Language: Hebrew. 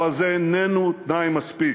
אבל זה איננו תנאי מספיק.